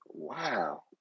Wow